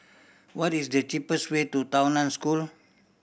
what is the cheapest way to Tao Nan School